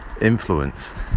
influenced